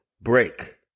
break